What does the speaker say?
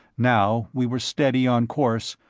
now we were steady on course,